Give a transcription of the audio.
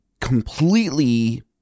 completely